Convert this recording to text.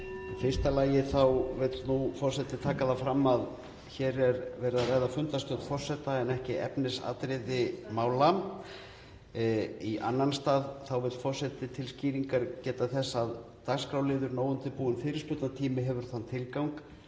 fyrsta lagi vill forseti taka það fram að hér er verið að ræða fundarstjórn forseta en ekki efnisatriði mála. Í annan stað vill forseti til skýringar geta þess að dagskrárliðurinn óundirbúinn fyrirspurnatími hefur þann tilgang